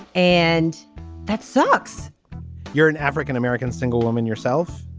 and that sucks you're an african-american single woman yourself.